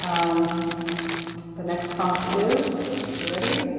um the next prompt is, since you're ready.